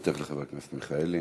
תשובתך לחבר הכנסת מיכאלי.